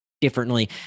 differently